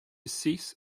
cease